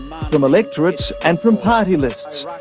but um electorates and from party lists,